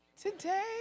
Today